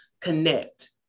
connect